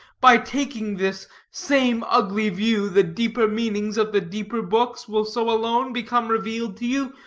by taking this same ugly view, the deeper meanings of the deeper books will so alone become revealed to you.